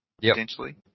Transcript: potentially